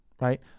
right